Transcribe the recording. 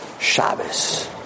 Shabbos